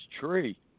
tree